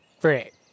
Great